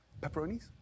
pepperonis